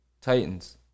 Titans